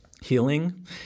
healing